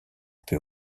peu